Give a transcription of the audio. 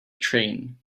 train